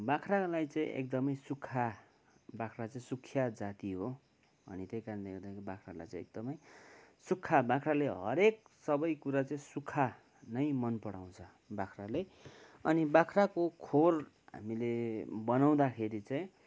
बाख्रालाई चाहिँ एकदमै सुक्खा बाख्रा चाहिँ सुखिया जाति हो अनि त्यही कारणले गर्दाखेरि चाहिँ बाख्रालाई चाहिँ एकदमै सुक्खा बाख्राले हरेक सबै कुरा चाहिँ सुक्खा नै मनपराउँछ बाख्राले अनि बाख्राको खोर हामीले बनाउँदाखेरि चाहिँ